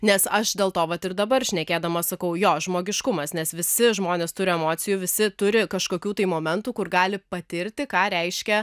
nes aš dėl to vat ir dabar šnekėdama sakau jo žmogiškumas nes visi žmonės turi emocijų visi turi kažkokių tai momentų kur gali patirti ką reiškia